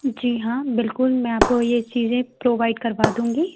जी हाँ बिल्कुल मैं आपको ये चीज़ें प्रोवाइड करवा दूँगी